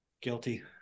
guilty